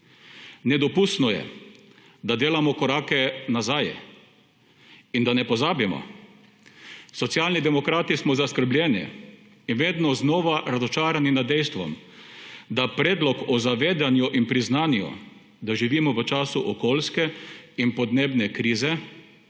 Nedopustno je, da delamo korake nazaj. In da ne pozabimo, Socialni demokrati smo zaskrbljeni in vedno znova razočarani nad dejstvom, da predlog o zavedanju in priznanju, da živimo v času okoljske in podnebne krize,